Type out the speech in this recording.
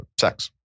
sex